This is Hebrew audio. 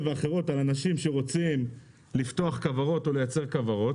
ואחרות על אנשים שרוצים לפתוח כוורות או לייצר כוורות.